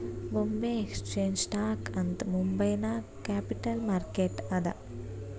ಬೊಂಬೆ exchange stock ಅಂತ್ ಮುಂಬೈ ನಾಗ್ capital market ಅದಾ